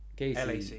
LAC